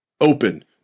open